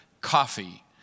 coffee